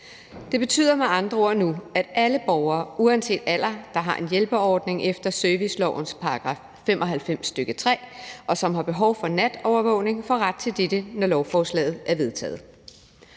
Det betyder med andre ord, at alle borgere uanset alder, der har en hjælperordning efter servicelovens § 95, stk. 3, og som har behov for natovervågning, nu får ret til dette, når lovforslaget er vedtaget.